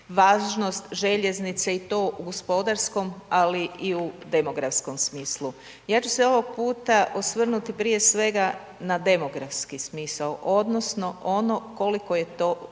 važnost željeznice i to u gospodarskom ali i u demografskom smislu. Ja ću se ovog puta osvrnuti prije svega na demografski smisao odnosno ono koliko je to